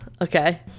okay